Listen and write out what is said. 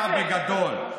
הכול כסף.